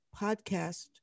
podcast